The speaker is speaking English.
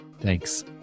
Thanks